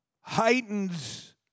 heightens